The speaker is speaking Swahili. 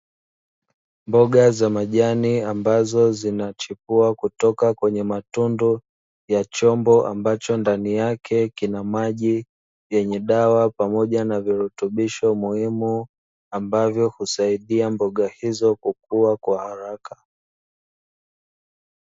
Mboga za majani ambazo zinazochipua kutoka kwenye matundu ya chombo, ambacho ndani yake kina maji yenye dawa pamoja na virutubisho muhimu, ambavyo husaidia mboga hizo kukuwa kwa haraka.